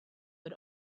had